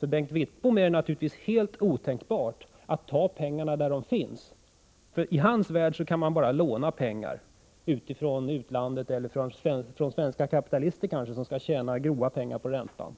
För Bengt Wittbom är det naturligtvis helt otänkbart att ta pengarna där de finns; i hans värld kan man bara låna pengar — från utlandet eller kanske av svenska kapitalister, som skall tjäna grova pengar på räntan.